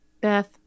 Beth